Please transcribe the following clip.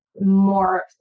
more